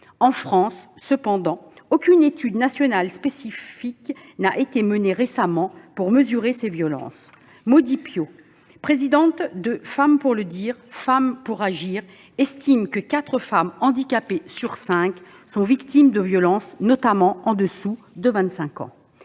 En France, cependant, aucune étude nationale spécifique n'a été menée récemment pour mesurer ces violences. Maudy Piot, présidente de l'association Femmes pour le dire, Femmes pour agir estimait que quatre femmes handicapées sur cinq sont victimes de violences, notamment au-dessous de 25 ans.